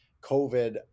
covid